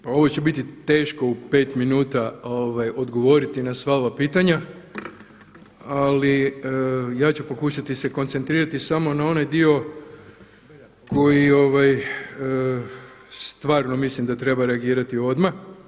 Pa ovo će biti teško u 5 minuta odgovoriti na sva ova pitanja, ali ja ću pokušati se koncentrirati samo na onaj dio na koji stvarno mislim da treba reagirati odmah.